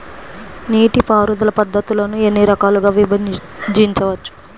నీటిపారుదల పద్ధతులను ఎన్ని రకాలుగా విభజించవచ్చు?